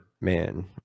man